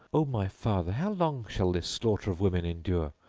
o my father, how long shall this slaughter of women endure?